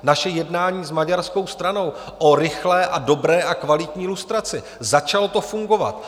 Naše jednání s maďarskou stranou o rychlé a dobré a kvalitní lustraci začalo to fungovat.